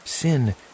Sin